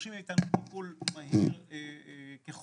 דורשים מאתנו טיפול מהיר בעיקר